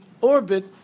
orbit